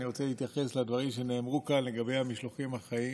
אני רוצה להתייחס לדברים שנאמרו כאן לגבי המשלוחים החיים.